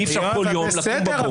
כי אי-אפשר בכל יום לקום בבוקר --- בסדר,